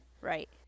Right